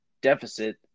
deficit